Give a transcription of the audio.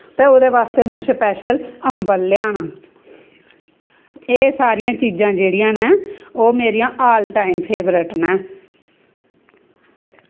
ते ओह्दे बास्ते मैं शपैशल अम्बल लेआना एह् सारियां चीजां जेह्ड़ियां नै ओहे मेरियां ऑल टाईम फेवरट नै